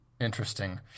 Interesting